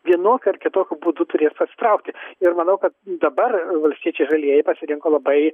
vienokiu ar kitokiu būdu turės pasitraukti ir manau kad dabar valstiečiai žalieji pasirinko labai